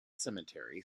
cemetery